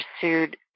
pursued